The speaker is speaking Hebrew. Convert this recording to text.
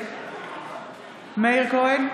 נגד מאיר כהן,